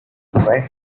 she